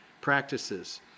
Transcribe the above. practices